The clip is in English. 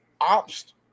Ops